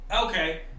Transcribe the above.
Okay